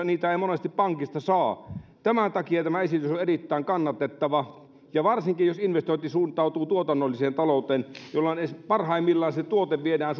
niitä ei monesti pankista saa tämän takia tämä esitys on on erittäin kannatettava ja varsinkin jos investointi suuntautuu tuotannolliseen talouteen jolloin parhaimmillaan se tuote viedään